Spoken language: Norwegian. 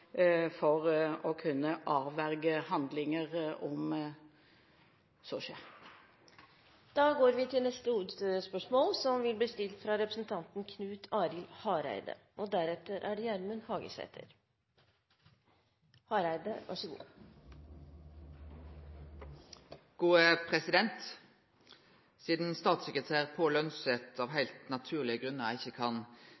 for å kunne avverge handlinger, om så skjer. Da går vi til neste hovedspørsmål. Sidan statssekretær Pål Lønseth av